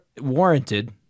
warranted